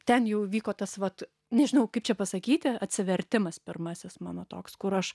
ten jau vyko tas vat nežinau kaip čia pasakyti atsivertimas pirmasis mano toks kur aš